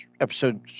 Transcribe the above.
episode